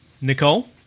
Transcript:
Nicole